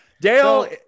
Dale